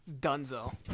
Dunzo